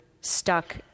stuck